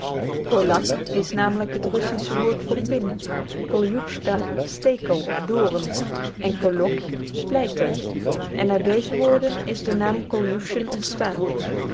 kolack is namelijk het russische woord voor pin koljutschka stekel of doorn en kolokj splijten en uit deze woorden is de naam koljuschen ontstaan